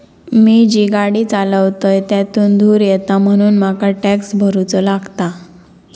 मी जी गाडी चालवतय त्यातुन धुर येता म्हणून मका टॅक्स भरुचो लागता